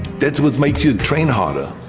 that's what makes you train harder,